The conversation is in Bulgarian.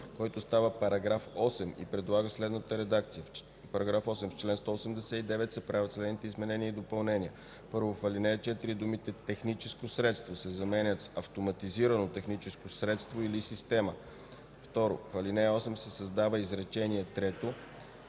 който става § 8, и предлага следната редакция: „§ 8. В чл. 189 се правят следните изменения и допълнения: 1. В ал. 4 думите „техническо средство” се заменят с „автоматизирано техническо средство или система”. 2. В ал. 8 се създава изречение трето: